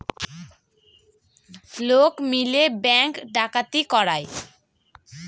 লোক মিলে ব্যাঙ্ক ডাকাতি করায়